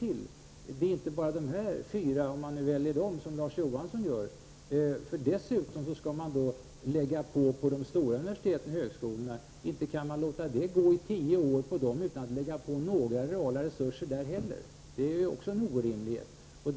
Det gäller inte bara de fyra nya universitet som Larz Johansson har talat om. Till dessa skall läggas de stora universiteten och högskolorna. Inte kan man låta dem fungera i tio år utan att lägga på några reala resurser där heller. Det är också en orimlighet.